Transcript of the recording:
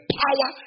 power